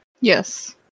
yes